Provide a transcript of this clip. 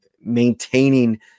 maintaining